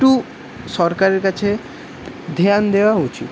একটু সরকারের কাছে ধ্যান দেওয়া উচিৎ